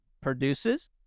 produces